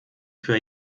für